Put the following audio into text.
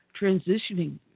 transitioning